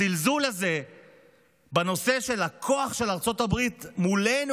הזלזול הזה בנושא של הכוח של ארצות הברית מולנו,